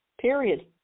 period